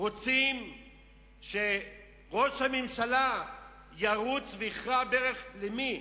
רוצים שראש הממשלה ירוץ ויכרע ברך, לפני מי?